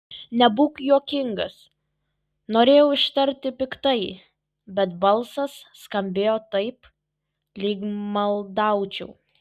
nebūk juokingas norėjau ištarti piktai bet balsas skambėjo taip lyg maldaučiau